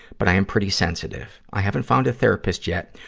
but i am pretty sensitive. i haven't found a therapist yet,